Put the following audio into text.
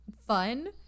fun